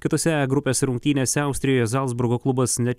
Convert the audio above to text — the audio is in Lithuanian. kitose grupės rungtynėse austrijos zalcburgo klubas net